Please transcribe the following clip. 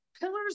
pillars